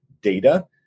data